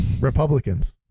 Republicans